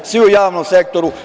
Svi u javnom sektoru.